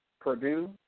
Purdue